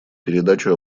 передачу